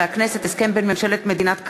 הסכם בין ממשלת מדינת קליפורניה,